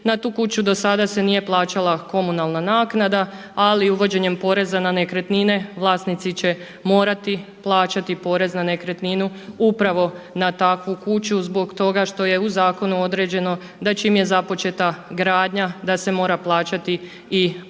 Na tu kuću do sada se nije plaćala komunalna naknada ali uvođenjem poreza na nekretnine vlasnici će morati plaćati porez na nekretninu upravo na takvu kuću zbog toga što je u zakonu određeno da čim je započeta gradnja da se mora plaćati i porez na